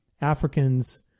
Africans